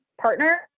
partner